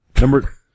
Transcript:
Number